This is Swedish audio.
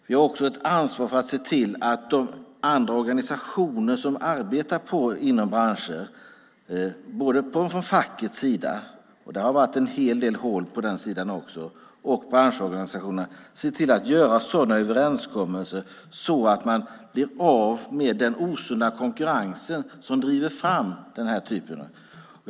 Vi har också ett ansvar att se till att de andra organisationer som arbetar inom dessa branscher, både från facket - och det har varit en hel del hål på den sidan också - och från branschorganisationerna ser till att göra sådana överenskommelser att man blir av med den osunda konkurrens som driver fram den här typen av verksamhet.